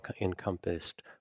encompassed